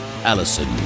Allison